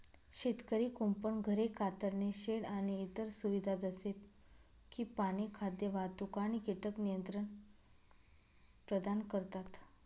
शेतकरी कुंपण, घरे, कातरणे शेड आणि इतर सुविधा जसे की पाणी, खाद्य, वाहतूक आणि कीटक नियंत्रण प्रदान करतात